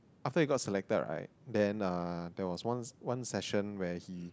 after you got selected right then uh that was ones one section where he